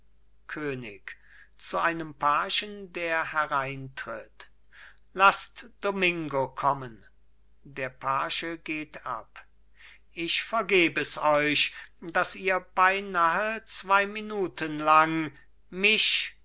könig zu einem pagen der hereintritt laßt domingo kommen der page geht ab ich vergeb es euch daß ihr beinahe zwei minuten lang mich